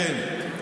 אני אמרתי אתם.